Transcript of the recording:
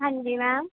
ਹਾਂਜੀ ਮੈਮ